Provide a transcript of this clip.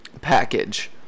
package